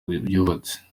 yubatse